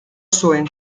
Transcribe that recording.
zuen